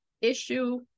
issue